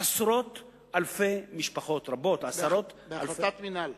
עשרות אלפי משפחות, בהחלטת מינהל.